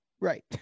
Right